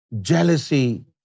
jealousy